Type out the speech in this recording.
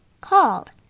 called